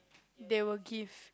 they will give